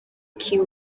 kim